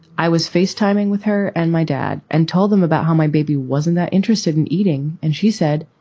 i was face timing with her and my dad and told them about how my baby wasn't that interested in eating. and she said,